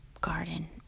garden